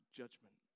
judgment